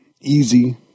easy